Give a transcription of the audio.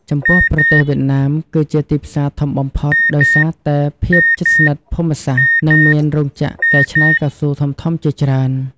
ចំពោះប្រទេសវៀតណាម គឺជាទីផ្សារធំបំផុត ដោយសារតែភាពជិតស្និទ្ធភូមិសាស្ត្រ និងមានរោងចក្រកែច្នៃកៅស៊ូធំៗជាច្រើន។